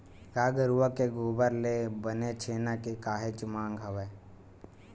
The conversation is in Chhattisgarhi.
गाय गरुवा के गोबर ले बने छेना के काहेच मांग हवय